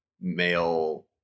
male